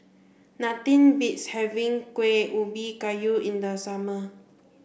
nothing beats having Kueh Ubi Kayu in the summer